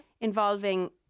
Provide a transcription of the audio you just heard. involving